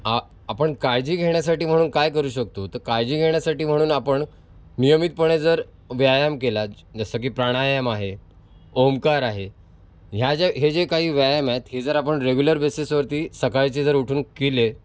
आ आपण काळजी घेण्यासाठी म्हणून काय करू शकतो तर काळजी घेण्यासाठी म्हणून आपण नियमितपणे जर व्यायाम केला जसं की प्राणायाम आहे ओमकार आहे ह्या ज्या हे जे काही व्यायाम आहेत हे जर आपण रेग्युलर बेसिसवरती सकाळचे जर उठून केले